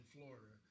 Florida